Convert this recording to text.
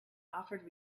offered